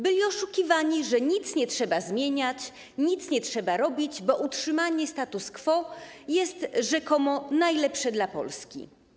Byli oszukiwani, że nic nie trzeba zmieniać, nic nie trzeba robić, bo utrzymanie status quo jest rzekomo najlepsze dla Polski.